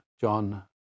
John